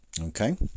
okay